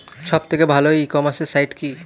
সব থেকে ভালো ই কমার্সে সাইট কী?